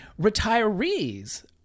retirees